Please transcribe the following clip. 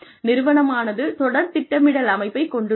நிறுவனமானது தொடர் திட்டமிடல் அமைப்பைக் கொண்டுள்ளது